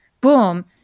boom